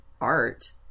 art